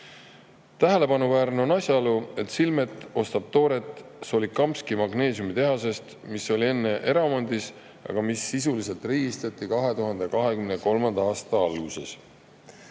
Tähelepanuväärne on asjaolu, et Silmet ostab tooret Solikamski magneesiumitehasest, mis oli enne eraomandis, aga mis sisuliselt riigistati 2023. aasta alguses.